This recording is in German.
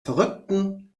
verrückten